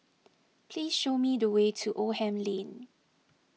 please show me the way to Oldham Lane